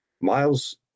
Miles